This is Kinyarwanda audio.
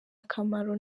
akamaro